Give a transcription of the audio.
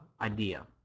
idea